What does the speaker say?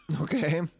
Okay